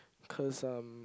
cause um